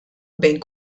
bejn